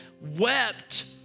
wept